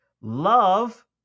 love